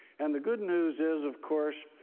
and the good news is, of course,